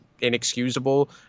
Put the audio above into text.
inexcusable